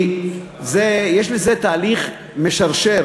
כי יש לזה תהליך משרשר,